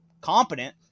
competent